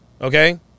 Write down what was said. okay